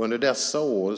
Under dessa år